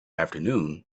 afternoon